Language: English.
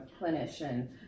clinician